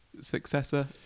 successor